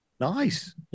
Nice